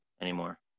anymore